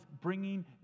bringing